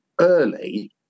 early